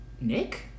Nick